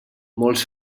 molts